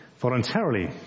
voluntarily